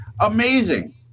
Amazing